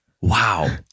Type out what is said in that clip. Wow